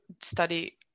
study